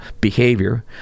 behavior